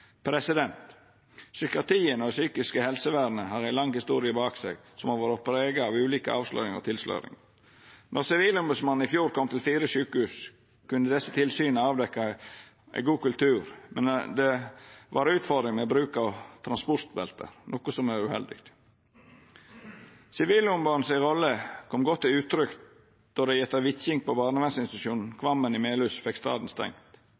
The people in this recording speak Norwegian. Psykiatrien og psykisk helsevern har ei lang historie bak seg som har vore prega av ulike avsløringar og tilsløringar. Då Sivilombodsmannen i fjor kom til fire sjukehus, kunne desse tilsyna avdekkja ein god kultur, men det var utfordringar med bruk av transportbelte, noko som er uheldig. Sivilombodsmannen si rolle kom godt til uttrykk då dei etter vitjing på barnevernsinstitusjonen Kvammen i Melhus fekk staden